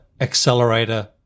accelerator